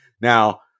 Now